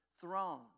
throne